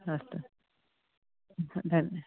अस्तु